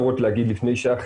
כלומר,